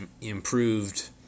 improved